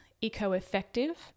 eco-effective